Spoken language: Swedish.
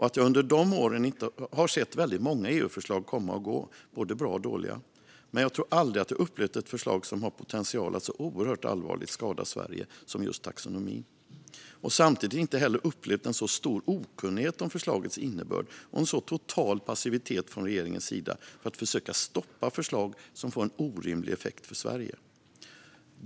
Under dessa år har jag sett många EU-förslag komma och gå, både bra och dåliga. Men jag tror aldrig att jag upplevt ett förslag som har potential att så oerhört allvarligt skada Sverige som taxonomin. Och samtidigt har jag inte upplevt en så stor okunnighet om förslagets innebörd och en så total passivitet från regeringens sida när det gäller att försöka stoppa förslag som får en orimlig effekt för Sverige.